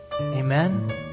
amen